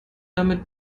damit